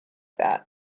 that